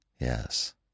Yes